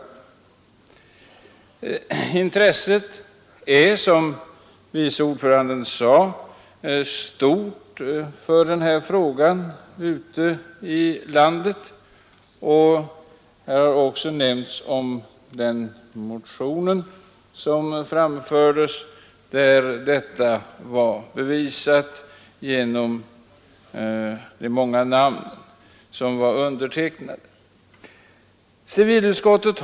Intresset för frågan är, som vice ordföranden sade, stort ute i landet. Som ett bevis på detta har här nämnts den motion som väcktes och som samlade ett stort antal underskrifter.